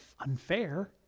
unfair